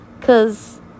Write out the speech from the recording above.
Cause